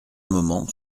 moment